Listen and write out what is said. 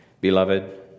Beloved